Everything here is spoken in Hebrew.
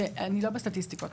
שאני לא בסטטיסטיקות.